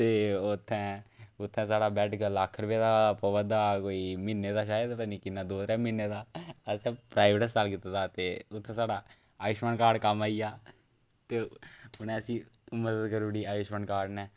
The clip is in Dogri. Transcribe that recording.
ते उत्थें उत्थें साढ़ा बैड गै लक्ख रपेऽ दा हा पवा दा कोई म्हीने दा शायद पता नि किन्ना दो त्रै म्हीने दा असें प्राइवेट हस्पताल कीते दा हे ते उत्थें साढ़ा आयुशमाान कार्ड कम्म आई गेआ ते उनें उसी मदद करी ओड़ी आयुशमान कार्ड ने